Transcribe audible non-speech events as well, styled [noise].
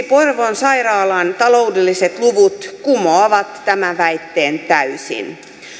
[unintelligible] porvoon sairaalan taloudelliset luvut kumoavat tämän väitteen täysin